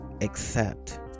accept